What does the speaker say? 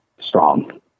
strong